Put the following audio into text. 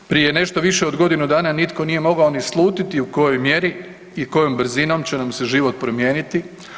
Prije nešto više od godinu dana nitko nije mogao ni slutiti u kojoj mjeri i kojom brzinom će nam se život promijeniti.